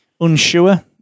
unsure